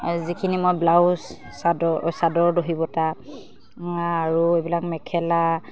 আৰু যিখিনি মই ব্লাউজ চাদৰ অ' চাদৰ দহিবটা আৰু এইবিলাক মেখেলা